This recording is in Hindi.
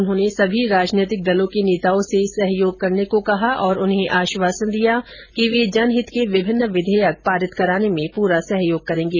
उन्होंने सभी राजनीतिक दलों के नेताओं से सहयोग करने को कहा और उन्हें आश्वासन दिया कि वे जनहित के विभिन्न विधेयक पारित कराने में पूरा सहयोग करेंगे